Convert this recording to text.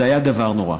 זה היה דבר נורא.